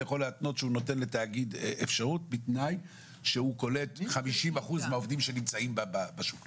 שהוא נותן לתאגיד אפשרות בתנאי שהוא קולט 50% מהעובדים שנמצאים בשוק.